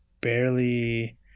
barely –